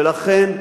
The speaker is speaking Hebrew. ולכן,